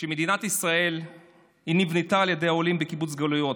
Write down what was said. שמדינת ישראל נבנתה על ידי העולים בקיבוץ גלויות,